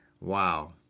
Wow